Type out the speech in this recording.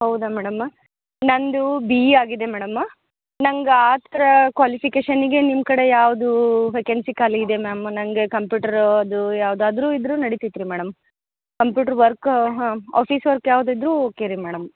ಹೌದಾ ಮೇಡಮ ನನ್ನದು B E ಆಗಿದೆ ಮೇಡಮ್ಮ ನಂಗೆ ಆ ಥರ ಕ್ವಾಲಿಫಿಕೇಷನ್ನಿಗೆ ನಿಮ್ಮ ಕಡೆ ಯಾವುದು ವೇಕೆನ್ಸಿ ಖಾಲಿಯಿದೆ ಮ್ಯಾಮ್ ನನಗೆ ಕಂಪ್ಯೂಟ್ರ್ ಅದು ಯಾವುದಾದ್ರು ಇದ್ದರೂ ನಡಿತೈತ್ರಿ ಮೇಡಮ್ ಕಂಪ್ಯೂಟ್ರ್ ವರ್ಕ್ ಹಾಂ ಆಫೀಸ್ ವರ್ಕ್ ಯಾವ್ದು ಇದ್ದರೂ ಓಕೆ ರೀ ಮೇಡಮ್